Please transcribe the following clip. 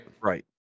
right